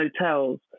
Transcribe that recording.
hotels